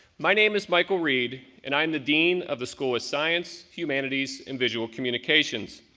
my name is michael reed and i'm the dean of the school ah science, humanities, and visual communications.